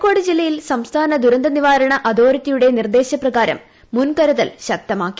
കോഴിക്കോട് ജില്ലയിൽ സംസ്ഥാന ദുരന്ത നിവാരണ അതോറിറ്റിയുടെ നിർദേശപ്രകാരം മുൻകരുതൽ ശക്തമാക്കി